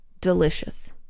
Delicious